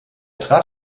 trat